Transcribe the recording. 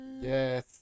Yes